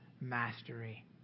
mastery